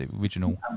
original